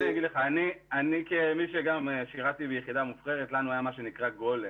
אני שירתי ביחידה מובחרת ולנו היה מה שנקרא גולם.